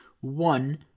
one